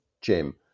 Jim